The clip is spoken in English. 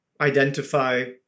identify